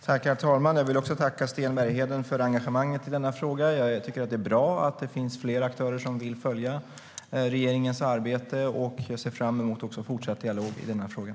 Herr talman! Jag vill tacka Sten Bergheden för engagemanget i denna fråga. Jag tycker att det är bra att det finns flera aktörer som vill följa regeringens arbete, och jag ser fram emot en fortsatt dialog i frågan.